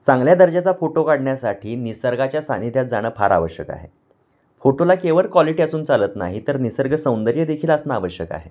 चांगल्या दर्जाचा फोटो काढण्यासाठी निसर्गाच्या सान्निध्यात जाणं फार आवश्यक आहे फोटोला केवल क्वालिटी असून चालत नाही तर निसर्ग सौंदर्य देखील असणं आवश्यक आहे